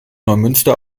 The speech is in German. neumünster